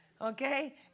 Okay